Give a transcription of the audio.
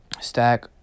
stack